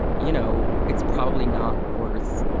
you know, it's probably not worth.